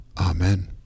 Amen